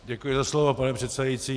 Děkuji za slovo, pane předsedající.